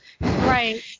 right